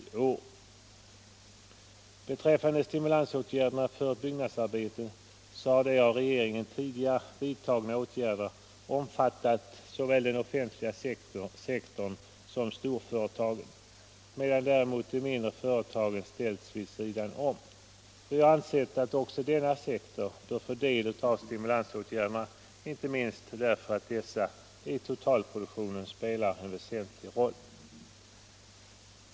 När det gäller stimulansåtgärder för byggnadsarbeten har de av regeringen tidigare vidtagna åtgärderna omfattat såväl den offentliga sektorn som storföretagen, medan däremot de mindre företagen ställts vid sidan om. Vi har ansett att också denna sektor bör få del av stimulansåtgärderna, inte minst därför att dessa i totalproduktionen spelar en väsentlig roll.